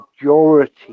majority